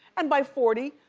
and by forty,